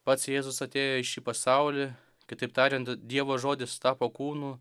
pats jėzus atėjo į šį pasaulį kitaip tariant dievo žodis tapo kūnu